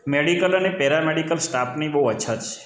medical અને paramedical સ્ટાફની બહુ અછત છે